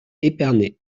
épernay